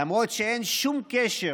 למרות שאין שום קשר